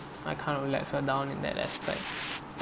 I kind of let her down in that aspect